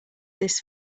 this